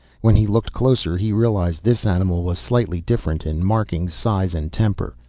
when he looked closer he realized this animal was slightly different in markings, size and temper.